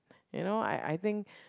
you know I I think